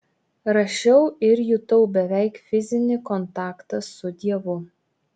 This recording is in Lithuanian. rašiau ir jutau beveik fizinį kontaktą su dievu